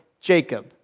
Jacob